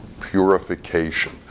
purification